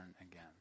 again